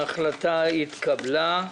ההחלטה התקבלה.